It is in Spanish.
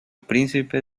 príncipe